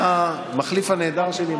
אמר